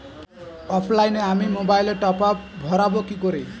অফলাইনে আমি মোবাইলে টপআপ ভরাবো কি করে?